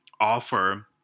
offer